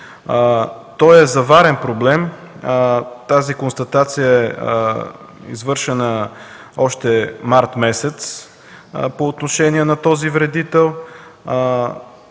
Той е заварен проблем. Тази констатация е извършена още март месец по отношение на този вредител.